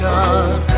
God